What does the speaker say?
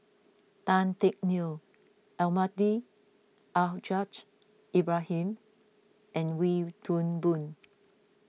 Tan Teck Neo Almahdi Al Haj Ibrahim and Wee Toon Boon